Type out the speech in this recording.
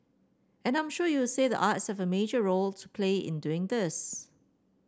and I'm sure you'll say the arts have a major role to play in doing this